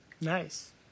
Nice